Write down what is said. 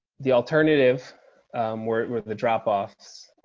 the alternative where the drop offs,